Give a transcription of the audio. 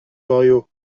goriot